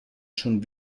schon